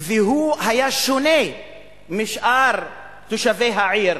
והוא היה שונה משאר תושבי העיר,